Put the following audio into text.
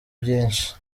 byinshi